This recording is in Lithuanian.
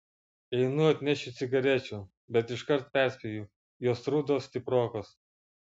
einu atnešiu cigarečių bet iškart perspėju jos rudos stiprokos